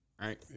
Right